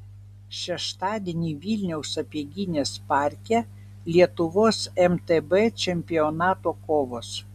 šeštadienį vilniaus sapieginės parke lietuvos mtb čempionato kovos